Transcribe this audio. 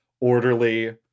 orderly